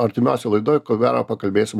artimiausioj laidoj ko gero pakalbėsim